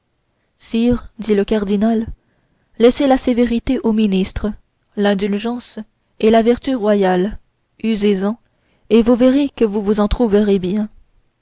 sire dit le cardinal laissez la sévérité aux ministres l'indulgence est la vertu royale usez-en et vous verrez que vous vous en trouverez bien